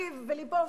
פיו ולבו שווים,